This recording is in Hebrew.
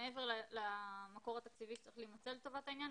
מעבר למקור התקציבי שצריך להימצא לטובת העניין,